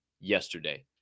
yesterday